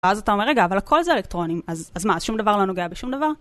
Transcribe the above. ואז אתה אומר, רגע, אבל הכל זה אלקטרונים, אז מה, אז שום דבר לא נוגע בשום דבר?